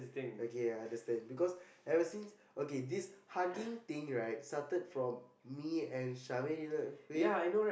okay I understand because ever since okay this hugging thing right started from me and Charmaine in a way